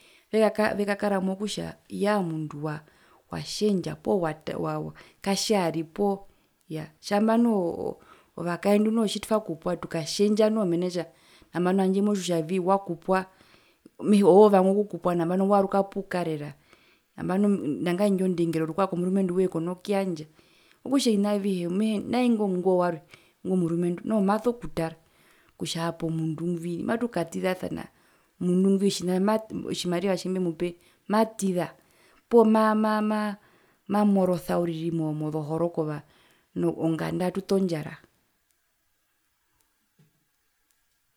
Vekakaa vekakara mokutja yaa omundu watjendja poo katjari poo tjamba noho oo ovakaendu noho tjitwakupwa tukatjendja nambano tjandje motjiwa kutjavii wakupwa ove oovanga okukupwa nambano waaruka pukarera nambano nangae indjo ndengero rukwao komurumendu woye kona kuyandja okutja ovina avihe mehee nai ngo warwe ingo warwe ingo murumendu noho maso kutara kutja hapo mundu ngwi matukatizasana omundu ngwiotjimariva tjimbemupe matiza poo ma ma mamorosa uriri mozohorokova onganda atuto ndjara.